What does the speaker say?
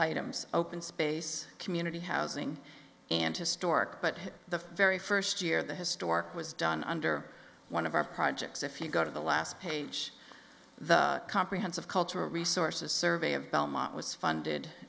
items open space community housing and historic but the very first year the historic was done under one of our projects if you go to the last page the comprehensive culture resources survey of belmont was funded